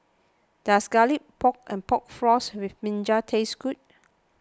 does Garlic Pork and Pork Floss with Brinjal taste good